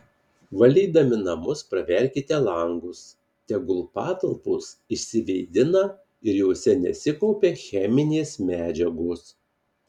valydami namus praverkite langus tegul patalpos išsivėdina ir jose nesikaupia cheminės medžiagos